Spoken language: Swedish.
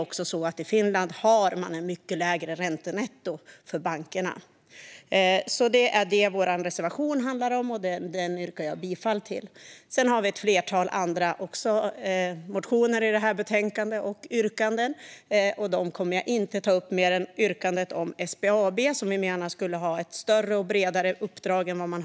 I Finland är räntenettot för bankerna också mycket lägre. Det är det vår reservation handlar om. Jag yrkar bifall till den. Vi har ett flertal andra motioner och yrkanden i betänkandet. Dem kommer jag inte att ta upp, förutom yrkandet om SBAB som gärna skulle ha ett större och bredare uppdrag än i dag.